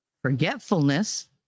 forgetfulness